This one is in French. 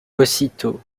aussitôt